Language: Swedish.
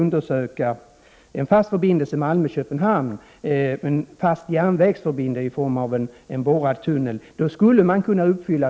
En fast järnvägsförbindelse i form av en borrad tunnel mellan Malmö och Köpenhamn skall undersökas. Då skulle dessa mål kunna uppfyllas.